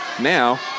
now